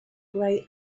grey